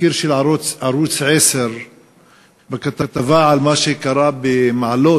תחקיר של ערוץ 10 בכתבה על מה שקרה במעלות,